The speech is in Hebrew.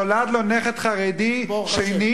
שנולד לו נכד חרדי שני,